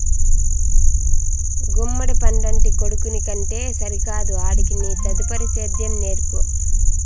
గుమ్మడి పండంటి కొడుకుని కంటే సరికాదు ఆడికి నీ తదుపరి సేద్యం నేర్పు